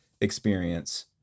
experience